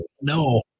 No